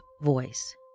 voice